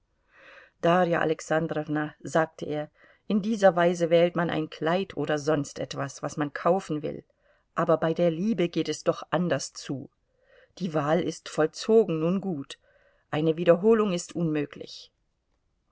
darja alexandrowna sagte er in dieser weise wählt man ein kleid oder sonst etwas was man kaufen will aber bei der liebe geht es doch anders zu die wahl ist vollzogen nun gut eine wiederholung ist unmöglich